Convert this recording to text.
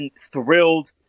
thrilled